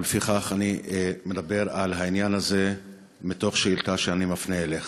ולפיכך אני מדבר על העניין הזה בשאילתה שאני מפנה אליך.